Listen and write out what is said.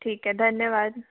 ठीक है धन्यवाद